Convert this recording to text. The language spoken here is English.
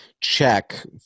check